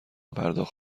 پرداخت